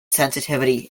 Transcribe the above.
sensitivity